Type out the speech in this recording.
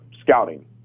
scouting